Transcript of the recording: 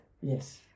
Yes